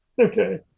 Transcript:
okay